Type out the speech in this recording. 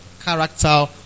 character